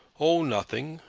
oh, nothing.